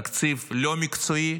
תקציב לא מקצועי,